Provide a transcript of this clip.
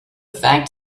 fact